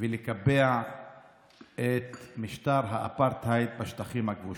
ולקבע את משטר האפרטהייד בשטחים הכבושים.